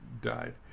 died